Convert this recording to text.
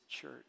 church